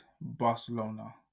Barcelona